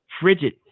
frigid